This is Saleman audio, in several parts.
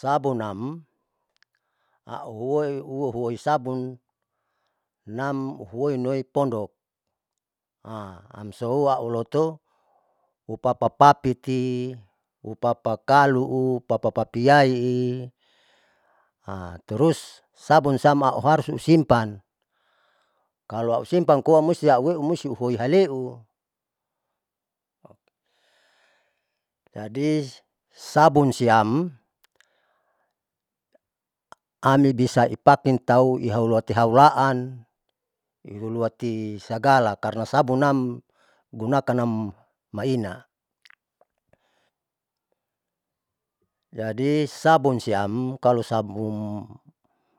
Sabunam auhuoi huoi sabunam uhuhoin hoin nipondok, amso auloto upapapapiti upapa kaluu upapa papiaii terus sabuin siam auharus simpan kalo ausimpan koa mustiau aumeu musti uheualeu, jadi sabun siam amibisa ipakin tau iauolati haulaan uluruati sagala karna sabun nam gunakanam maina, jadi sabun siam kalo sabun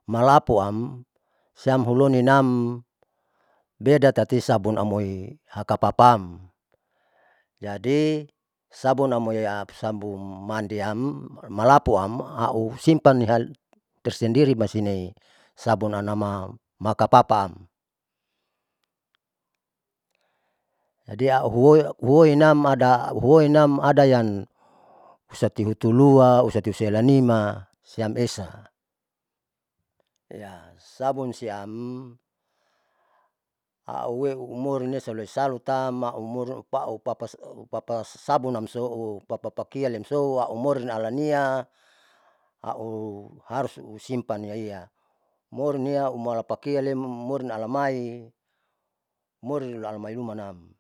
malapuam siam huloninam beda tati sabun amoi hakapapam jadi sabun amoi sabun mandiam malapuam au simpania tersendiri masinei sabun anama maka papaam, jadi auhuoi huoi huoina adayang husatihutulua usati usiela nima siamesa sabun sianauwoi umurinlesa ueoisalutam aumori upapasiam upapa sabun amso upapa pakian lemso au morin alania au harus usimpan iaia morin nia umala pakian lem morin alamai morin ualamai lumanam.